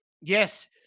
Yes